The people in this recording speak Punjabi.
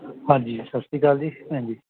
ਹਾਂਜੀ ਸਤਿ ਸ਼੍ਰੀ ਅਕਾਲ ਜੀ ਹਾਂਜੀ